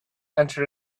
enter